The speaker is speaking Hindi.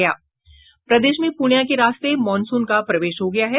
प्रदेश में पूर्णियां के रास्ते मॉनसून का प्रवेश हो गया है